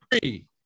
three